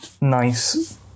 nice